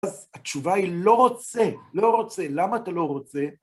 התשובה היא לא רוצה, לא רוצה. למה אתה לא רוצה?